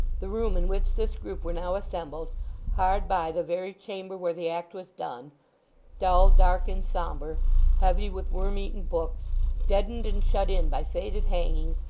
the room in which this group were now assembled hard by the very chamber where the act was done dull, dark, and sombre heavy with worm-eaten books deadened and shut in by faded hangings,